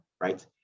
right